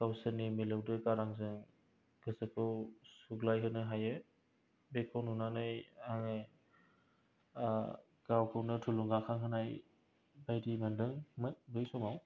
गावसोरनि मिलौदो गारांजों गोसोखौ सुग्लायहोनो हायो बेखौ नुनानै आङो गावखौनो थुलुंगा खांहोनाय बायदि मोनदों मोन बै समाव